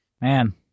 man